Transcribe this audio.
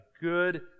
good